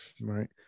right